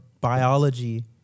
biology